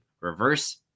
reverse